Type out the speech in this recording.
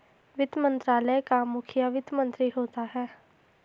वित्त मंत्रालय का मुखिया वित्त मंत्री होता है